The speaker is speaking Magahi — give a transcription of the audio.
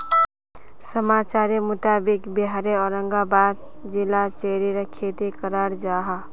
समाचारेर मुताबिक़ बिहारेर औरंगाबाद जिलात चेर्रीर खेती कराल जाहा